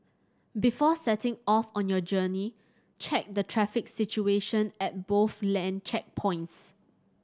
before setting off on your journey check the traffic situation at both land checkpoints